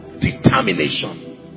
Determination